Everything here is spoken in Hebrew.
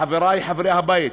חברי חברי הבית,